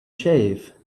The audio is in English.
shave